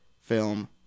film